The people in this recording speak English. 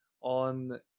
on